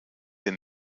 hier